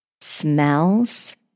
smells